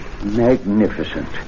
Magnificent